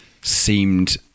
seemed